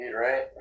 right